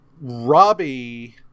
Robbie